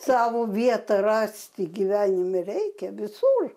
savo vietą rasti gyvenime reikia visur